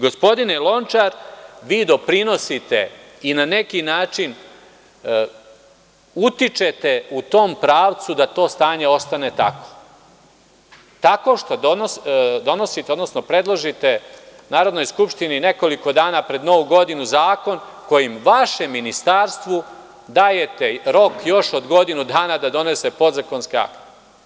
Gospodine Lončar, vi doprinosite i na neki način utičete u tom pravcu da to stanje ostane takvo, tako što donosite, odnosno predložite Narodnoj skupštini nekoliko dana pred Novu godinu zakon kojim vašem ministarstvu dajete rok još od godinu dana da donese podzakonske akte.